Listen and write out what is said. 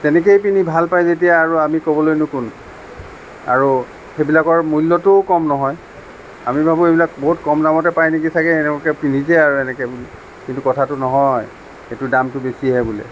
তেনেকেই পিন্ধি ভাল পায় যেতিয়া আৰু আমি ক'বলৈনো কোন আৰু সেইবিলাকৰ মূল্যটোও কম নহয় আমি ভাবোঁ সেইবিলাক বহুত কম দামতে পাই নেকি চাগে এনেকুৱাকে পিন্ধিছে আৰু এনেকে বুলি কিন্তু কথাটো নহয় সেইটোৰ দামটো বেছিহে বোলে